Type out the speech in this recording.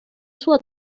sua